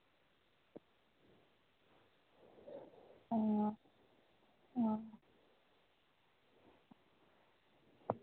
आं आं